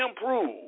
improve